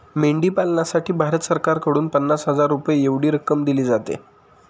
मेंढी पालनासाठी भारत सरकारकडून पन्नास हजार रुपये एवढी रक्कम दिली जाते